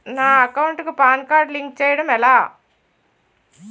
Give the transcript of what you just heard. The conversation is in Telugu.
నా అకౌంట్ కు పాన్ కార్డ్ లింక్ చేయడం ఎలా?